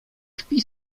kpi